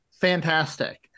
fantastic